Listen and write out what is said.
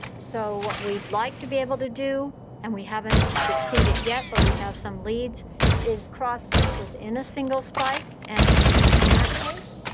so what we'd like to be able to do and we haven't succeeded yet, but we have some leads is cross-link within a single spike. and in that case,